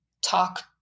talk